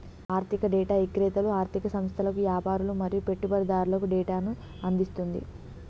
ఆర్ధిక డేటా ఇక్రేతలు ఆర్ధిక సంస్థలకు, యాపారులు మరియు పెట్టుబడిదారులకు డేటాను అందిస్తుంది